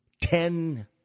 ten